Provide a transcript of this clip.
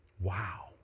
Wow